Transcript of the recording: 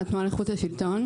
אני מהתנועה לאיכות השלטון.